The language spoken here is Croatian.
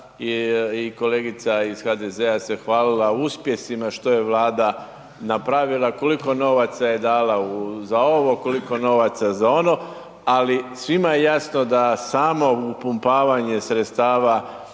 i kolegica iz HDZ-a se hvalila uspjesima što je Vlada napravila, koliko novaca je dala za ovo, koliko novaca uza ono, ali svima je jasno da samo upumpavanje sredstava